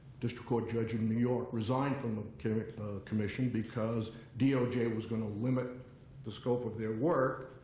district court judge in new york, resigned from the commission. because doj was going to limit the scope of their work.